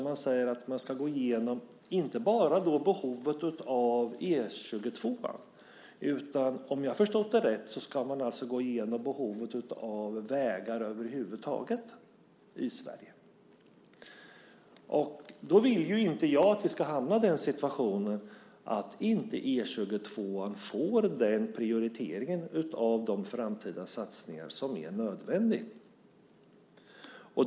Man säger att man ska gå igenom inte bara behovet av E 22:an. Om jag har förstått det rätt ska man alltså gå igenom behovet av vägar över huvud taget i Sverige. Då vill ju inte jag att vi ska hamna i den situationen att E 22:an inte får den prioritering när det gäller de framtida satsningarna som är nödvändig.